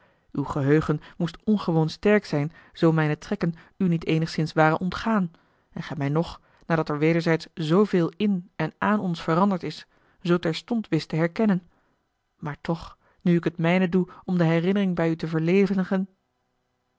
uw geheugen moest ongewoon sterk zijn zoo mijne trekken u niet eenigszins waren ontgaan en gij mij nog nadat er wederzijds zooveel in en aan ons veranderd is zoo terstond wist te herkennen maar toch nu ik het mijne doe om de herinnering bij u te